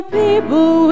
people